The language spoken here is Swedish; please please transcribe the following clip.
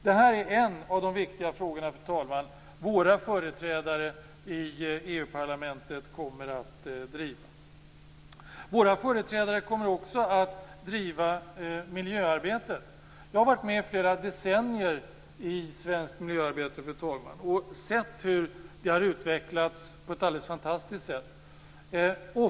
Detta är en av de viktiga frågorna som våra företrädare i EU-parlamentet kommer att driva. Våra företrädare kommer också att driva miljöarbetet vidare. Jag har varit med i svenskt miljöarbete i flera decennier. Jag har sett hur det utvecklats på ett alldeles fantastiskt sätt.